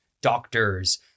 doctors